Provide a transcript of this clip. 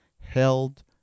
held